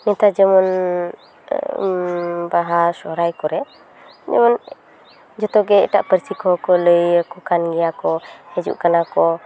ᱱᱮᱛᱟᱨ ᱡᱮᱢᱚᱱ ᱵᱟᱦᱟ ᱥᱚᱨᱦᱟᱭ ᱠᱚᱨᱮ ᱡᱮᱢᱚᱱ ᱡᱚᱛᱚ ᱜᱮ ᱮᱴᱟᱜ ᱯᱟᱹᱨᱥᱤ ᱠᱚᱦᱚᱸ ᱠᱚ ᱞᱟᱹᱭ ᱟᱠᱚ ᱠᱟᱱ ᱜᱮᱭᱟ ᱠᱚ ᱦᱤᱡᱩᱜ ᱠᱟᱱᱟ ᱠᱚ